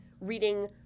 reading